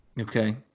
Okay